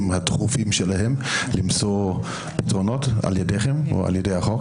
הדחופים שלהם למצוא --- על-ידיכם או על-ידי החוק?